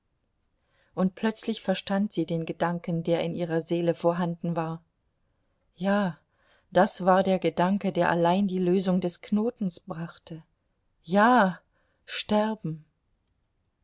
und plötzlich verstand sie den gedanken der in ihrer seele vorhanden war ja das war der gedanke der allein die lösung des knotens brachte ja sterben